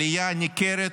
עלייה ניכרת